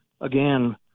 again